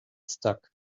stuck